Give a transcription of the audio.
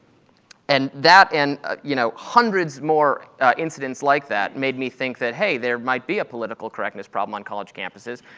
and that and ah you know hundreds more incidents like that made me think that, hey, there might be a political correctness problem on college campuses,